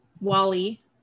Wally